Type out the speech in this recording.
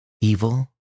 evil